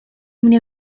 mnie